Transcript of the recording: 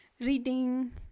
reading